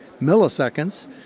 milliseconds